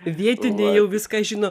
vietiniai jau viską žino